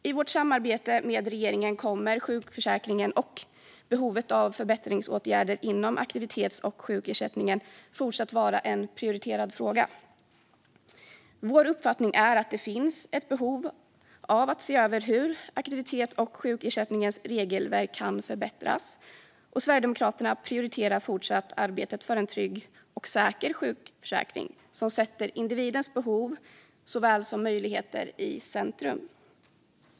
I vårt samarbete med regeringen kommer sjukförsäkringen och behovet av förbättringsåtgärder inom aktivitets och sjukersättningen fortsatt att vara en prioriterad fråga. Vår uppfattning är att det finns ett behov av att se över hur aktivitets och sjukersättningens regelverk kan förbättras, och Sverigedemokraterna prioriterar fortsatt arbetet för en trygg och säker sjukförsäkring som sätter individens behov såväl som möjligheter i centrum.